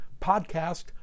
podcast